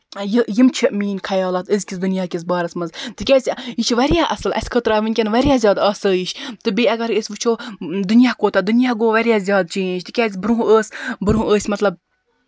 یہِ یِم چھِ میٲنۍ خَیالات أزکہِ دُنیاہ کِس بارَس منٛز تِکیازِ یہِ چھُ واریاہ اَصٕل اَسہِ خٲطرٕ آو ؤنکٮ۪ن واریاہ زیادٕ آسٲیِش تہٕ بیٚیہِ اَگر أسۍ وُچھو دُنیا کوتاہ دُنیاہ گوٚو واریاہ زیادٕ چٮ۪نج کیازِ برونہہ اوس برونہہ ٲسۍ مطلب